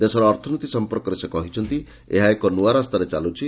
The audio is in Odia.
ଦେଶର ଅର୍ଥନୀତି ସଂପର୍କରେ ସେ କହିଛନ୍ତି ଯେ ଏହା ଏକ ନୂଆ ରାସ୍ତାରେ ଚାଲୁଛି